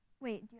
Wait